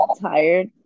Tired